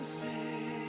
say